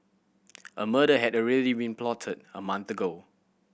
a murder had already been plotted a month ago